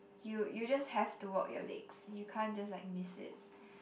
you you just have to work your legs you can't just like miss it